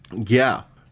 yeah.